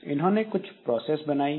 इन्होंने कुछ प्रोसेस बनाई है